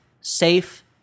safe